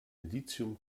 lithium